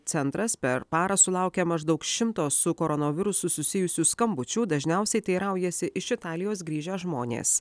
centras per parą sulaukė maždaug šimto su koronavirusu susijusių skambučių dažniausiai teiraujasi iš italijos grįžę žmonės